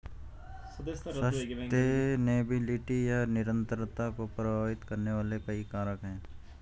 sustainability या निरंतरता को प्रभावित करने वाले कई कारक हैं